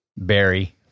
Barry